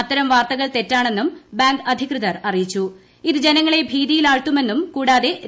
അത്തരം വാർത്തകൾ തെറ്റാണെന്നും ബാങ്ക് അധികൃതർ ഇത് ജനങ്ങളെ ഭീതിയിലാഴ്ത്തുമെന്നും കൂടാതെ അറിയിച്ചു